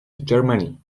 germany